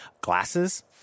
glasses